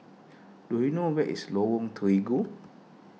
do you know where is Lorong Terigu